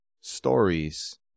stories